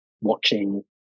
watching